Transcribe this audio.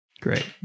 Great